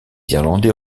irlandais